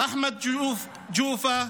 אחמד ג'ופה,